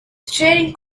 staring